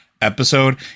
episode